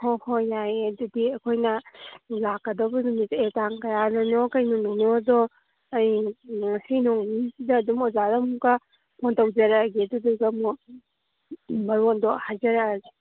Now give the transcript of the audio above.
ꯍꯣ ꯍꯣꯏ ꯌꯥꯏꯌꯦ ꯑꯗꯨꯗꯤ ꯑꯩꯈꯣꯏꯅ ꯂꯥꯛꯀꯗꯕ ꯅꯨꯃꯤꯠ ꯑꯦ ꯇꯥꯡ ꯀꯌꯥꯗꯅꯣ ꯀꯩ ꯅꯨꯃꯤꯠꯅꯣꯗꯣ ꯑꯩ ꯉꯁꯤ ꯅꯣꯡꯅꯤꯅꯤꯁꯤꯗ ꯑꯗꯨꯝ ꯑꯣꯖꯥꯗ ꯑꯃꯨꯛꯀ ꯐꯣꯟ ꯇꯧꯖꯔꯛꯑꯒꯦ ꯑꯗꯨꯗꯨꯒ ꯑꯃꯨꯛ ꯃꯔꯣꯟꯗꯣ ꯍꯥꯏꯖꯔꯛꯑꯒꯦ